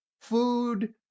food